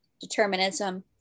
determinism